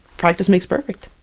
practice makes perfect!